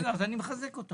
בסדר גמור, אז אני מחזק אותך.